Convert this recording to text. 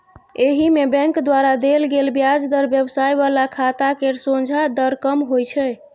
एहिमे बैंक द्वारा देल गेल ब्याज दर व्यवसाय बला खाता केर सोंझा दर कम होइ छै